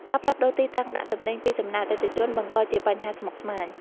ការផ្លាស់ប្តូរទីតាំងដាក់ទំនិញពីសំណាក់អតិថិជន បង្កជាបញ្ហាស្មុគស្មាញ។